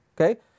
okay